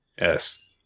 Yes